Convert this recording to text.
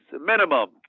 minimum